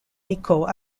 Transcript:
nicot